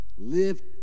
Live